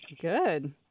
good